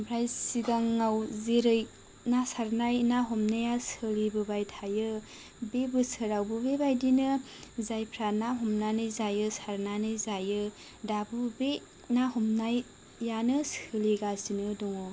ओमफ्राइ सिगाङाव जेरै ना सारनाय ना हमनाया सोलिबोबाय थायो बे बोसोरावबो बे बायदिनो जायफ्रा ना हमनानै जायो सारनानै जायो दाबो बे ना हमनाय यानो सोलिगासिनो दङ